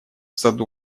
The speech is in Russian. саду